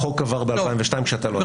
החוק עבר ב-2002 כשאתה כבר לא היית בכנסת.